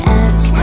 ask